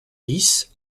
dix